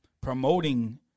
promoting